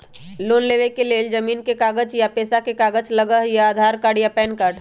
Loan लेवेके लेल जमीन के कागज या पेशा के कागज लगहई या आधार कार्ड या पेन कार्ड?